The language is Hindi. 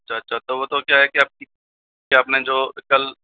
अच्छा अच्छा तो वह तो क्या है कि आपकी क्या आपने जो कल